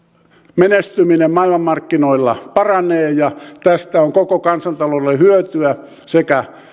menestyminen maailmanmarkkinoilla paranee tästä on koko kansantaloudelle hyötyä sekä